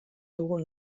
dugu